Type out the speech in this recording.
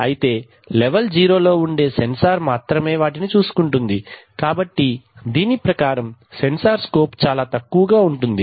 అయితే లెవెల్ 0 లో ఉండె సెన్సార్ మాత్రమే వాటిని చూసుకుంటుంది కాబట్టి దీని ప్రకారం సెన్సార్ స్కోప్ చాలా తక్కువగా ఉంటుంది